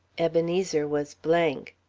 ebenezer was blank.